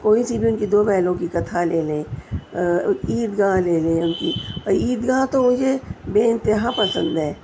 کوئی سی بھی ان کی دو بیلو کی کتھا لے لیں عید گاہ لے لیں ان کی اور عید گاہ تو یہ بے انتہا پسند ہے